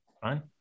fine